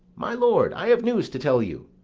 my lord, i have news to tell you.